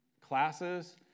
classes